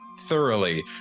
thoroughly